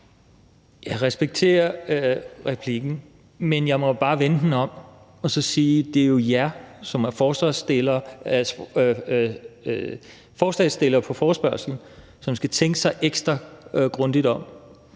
Jeg respekterer replikken, men jeg må bare vende den om og sige: Det er jo jer, forespørgerne, der skal tænke sig ekstra grundigt om.